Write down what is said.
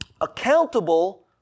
Accountable